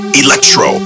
electro